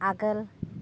आगोल